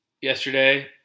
yesterday